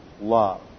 love